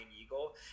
Eagle